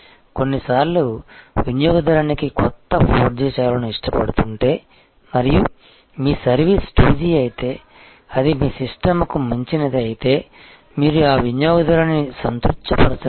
కొన్నిసార్లు వినియోగదారునికి కొత్త 4G సేవను ఇష్టపడుతుంటే మరియు మీ సర్వీస్ 2G అయితే అది మీ సిస్టమ్కు మించినది అయితే మీరు ఆ వినియోగదారునిని సంతృప్తిపరచలేరు